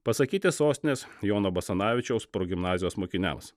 pasakyti sostinės jono basanavičiaus progimnazijos mokiniams